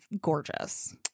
gorgeous